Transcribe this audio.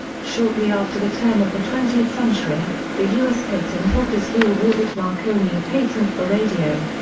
shortly after the turn of the twentieth century, the us patent office re-awarded marconi a patent for radio.